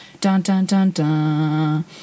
dun-dun-dun-dun